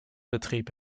betrieb